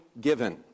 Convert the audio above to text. given